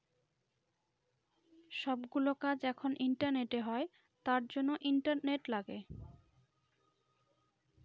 সব গুলো কাজ এখন ইন্টারনেটে হয় তার জন্য ইন্টারনেট লাগে